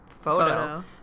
Photo